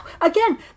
again